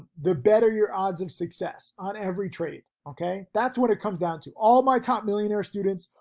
the better your odds of success on every trade okay. that's what it comes down to, all my top millionaires students,